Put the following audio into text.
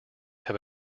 have